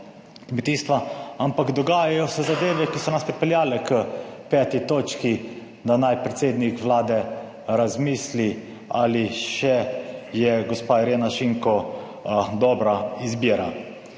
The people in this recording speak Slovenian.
ampak dogajajo se zadeve, ki so nas pripeljale k peti točki, da naj predsednik Vlade razmisli ali še je gospa Irena Šinko dobra izbira,